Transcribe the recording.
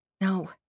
No